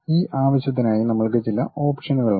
ആ ആവശ്യത്തിനായി നമ്മൾക്ക് ചില ഓപ്ഷനുകൾ ഉണ്ട്